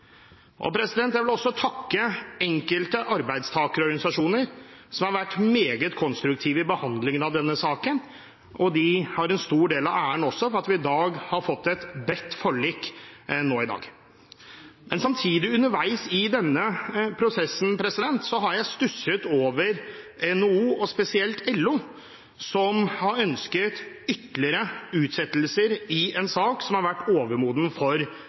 i dag. Jeg vil også takke enkelte arbeidstakerorganisasjoner, som har vært meget konstruktive i behandlingen av denne saken, og de har også en stor del av æren for at vi i dag har fått et bredt forlik. Men underveis i denne prosessen har jeg stusset over NHO og spesielt LO, som har ønsket ytterligere utsettelser i en sak som har vært overmoden for